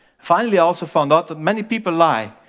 finally i also found out that many people lie,